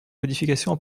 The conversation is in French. modifications